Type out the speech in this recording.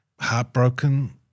heartbroken